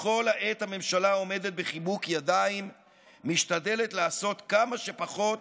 וכל העת הממשלה עומדת בחיבוק ידיים ומשתדלת לעשות כמה שפחות,